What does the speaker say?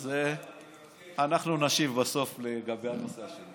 אז אנחנו נשיב בסוף לגבי הנושא השני.